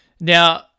now